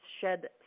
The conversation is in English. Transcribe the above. shed